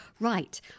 right